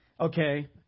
okay